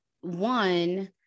one